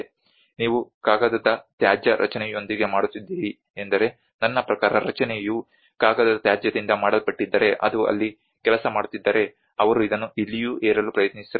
ನೀವು ಕಾಗದದ ತ್ಯಾಜ್ಯ ರಚನೆಯೊಂದಿಗೆ ಮಾಡುತ್ತಿದ್ದೀರಿ ಎಂದರೆ ನನ್ನ ಪ್ರಕಾರ ರಚನೆಯು ಕಾಗದದ ತ್ಯಾಜ್ಯದಿಂದ ಮಾಡಲ್ಪಟ್ಟಿದ್ದರೆ ಅದು ಅಲ್ಲಿ ಕೆಲಸ ಮಾಡುತ್ತಿದ್ದರೆ ಅವರು ಇದನ್ನು ಇಲ್ಲಿಯೂ ಹೇರಲು ಪ್ರಯತ್ನಿಸಬಹುದು